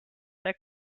der